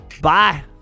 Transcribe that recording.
bye